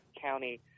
county